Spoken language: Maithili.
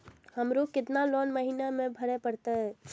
हमरो केतना लोन महीना में भरे परतें?